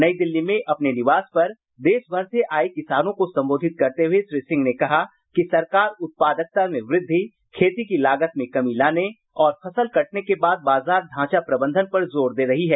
नई दिल्ली में अपने निवास पर देशभर से आये किसानों को संबोधित करते हुए श्री सिंह ने कहा कि सरकार उत्पादकता में वृद्धि खेती की लागत में कमी लाने और फसल कटने के बाद बाजार ढांचा प्रबंधन पर जोर दे रही है